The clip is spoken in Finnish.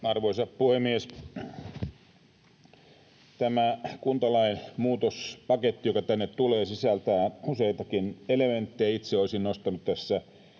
Arvoisa puhemies! Tämä kuntalain muutospaketti, joka tänne tulee, sisältää useitakin elementtejä. Itse olisin nostanut tässä